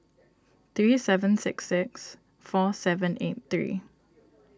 three seven six six four seven eight three